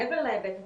מעבר להיבט הפדגוגי,